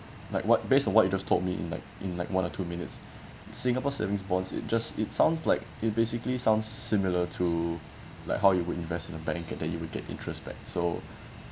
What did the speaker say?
like what based on what you just told me in like in like one or two minutes singapore savings bonds it just it sounds like it basically sounds similar to like how you would invest in a bank and then you would get interest back so